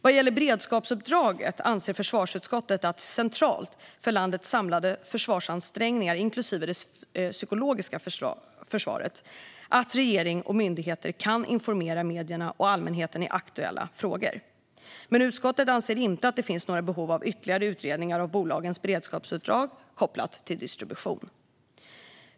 Vad gäller beredskapsuppdraget anser försvarsutskottet att det är centralt för landets samlade försvarsansträngningar, inklusive det psykologiska försvaret, att regering och myndigheter kan informera medierna och allmänheten i aktuella frågor. Men utskottet anser inte att det finns några behov av ytterligare utredningar av bolagens beredskapsuppdrag kopplat till distribution.